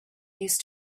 used